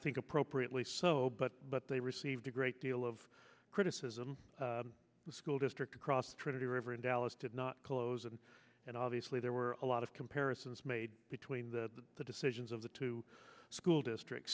think appropriately so but but they received a great deal of criticism the school district across the trinity river in dallas did not close and and obviously there were a lot of comparisons made between the decisions of the two school districts